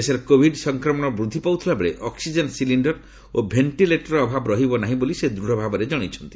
ଦେଶରେ କୋଭିଡ ସଂସକ୍ରମଣ ବୃଦ୍ଧି ପାଉଥିଲାବେଳେ ଅକ୍ଟିଜେନ୍ ସିଲିଣ୍ଡର ଓ ଭେଣ୍ଟିଲେଟରର ଅଭାବ ରହିବ ନାହିଁ ବୋଲି ସେ ଦୂଢ଼ ଭାବରେ ଜଣାଇଛନ୍ତି